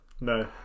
No